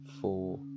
four